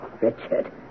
Richard